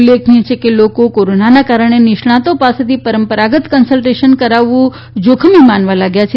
ઉલ્લેખનીય છેકે લોકો કોરોનાનાં કારણે નિષ્ણાંતો પાસેથી પરંપરાગત કન્સ્લટેશન કરાવવું જોખમી માનવા લાગ્યા છે